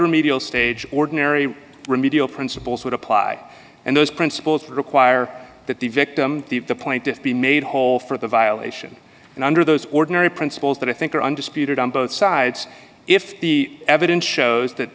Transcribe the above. remedial stage ordinary remedial principles would apply and those principles require that the victim of the point if be made whole for the violation and under those ordinary principles that i think are undisputed on both sides if the evidence shows that